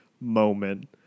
moment